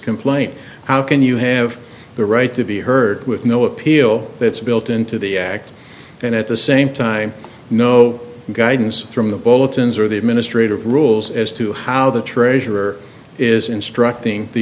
complaint how can you have the right to be heard with no appeal that's built into the act and at the same time no guidance from the bulletins or the administrative rules as to how the treasurer is instructing the